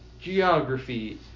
geography